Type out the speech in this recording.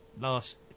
last